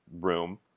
room